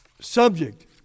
subject